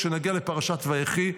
כשנגיע לפרשת ויחי,